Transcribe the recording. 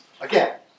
Again